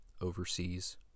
overseas